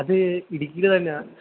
അത് ഇടുക്കിയിൽ തന്നെയാണ്